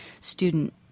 student